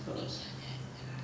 because